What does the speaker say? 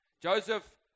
Joseph